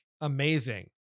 amazing